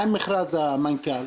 מה עם מכרז המנכ"ל?